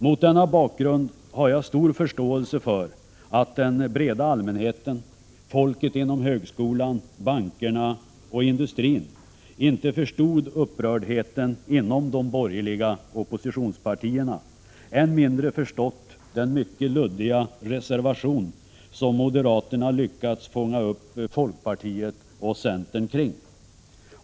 Mot denna bakgrund har jag stor förståelse för att den breda allmänheten, folket inom högskolan, bankerna och industrin inte förstått upprördheten inom de borgerliga oppositionspartierna och att de än mindre har förstått den mycket luddiga reservation som moderaterna lyckats fånga upp folkpartiet och centern kring.